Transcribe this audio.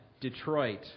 Detroit